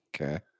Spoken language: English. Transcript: Okay